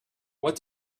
what